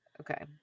Okay